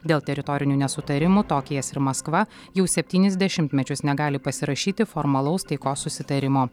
dėl teritorinių nesutarimų tokijas ir maskva jau septynis dešimtmečius negali pasirašyti formalaus taikos susitarimo